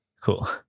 Cool